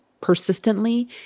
persistently